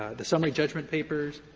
the summary judgment papers,